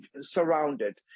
surrounded